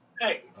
Hey